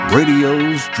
Radio's